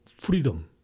freedom